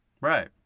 right